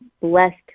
blessed